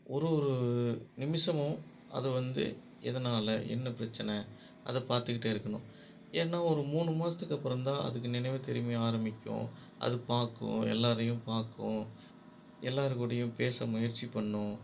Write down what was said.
ஒரு ஒரு நிமிஷமும் அது வந்து எதனால் என்ன பிரச்சனை அதை பார்த்துக்கிட்டே இருக்கணும் ஏன்னா ஒரு மூணு மாதத்துக்கு அப்புறம் தான் அதுக்கு நினைவு தெரியுமே ஆரம்பிக்கும் அது பார்க்கும் எல்லாரையும் பார்க்கும் எல்லாருக்கூடையும் பேச முயற்சி பண்ணும்